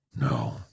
No